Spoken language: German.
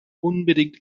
unbedingt